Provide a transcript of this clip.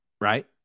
Right